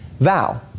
vow